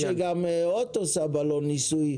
אני מבין שגם הוט עושה בלון ניסוי.